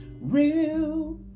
real